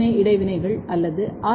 ஏ இடைவினைகள் அல்லது ஆர்